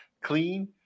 Clean